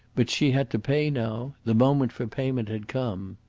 but she had to pay now the moment for payment had come.